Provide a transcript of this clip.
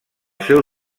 seu